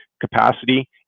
capacity